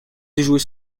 déjouer